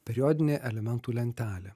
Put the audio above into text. periodinė elementų lentelė